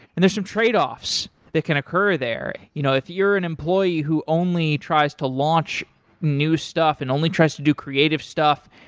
there are some tradeoffs that can occur there. you know if you're an employee who only tries to launch new stuff and only tries to do creative stuff,